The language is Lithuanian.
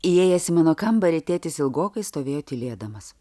įėjęs į mano kambarį tėtis ilgokai stovėjo tylėdamas